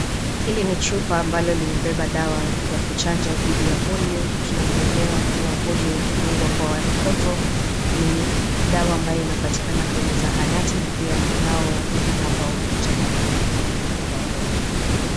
Hili ni chupa ambalo limebeba dawa ya kuchanja dhidi ya polio. Tunavyoelewa kuwa polio hudungwa kwa watoto. Ni dawa ambayo inapatikana kwenye zahanati na pia kuna wahudumu ambao hukuja kwa milango kudunga watoto.